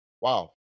wow